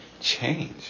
change